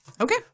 Okay